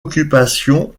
occupation